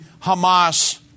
Hamas